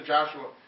Joshua